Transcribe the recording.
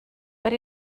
but